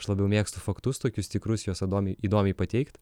aš labiau mėgstu faktus tokius tikrus juos įdomiai įdomiai pateikt